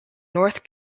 north